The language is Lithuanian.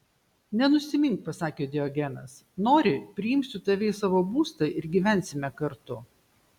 nenusimink pasakė diogenas nori priimsiu tave į savo būstą ir gyvensime kartu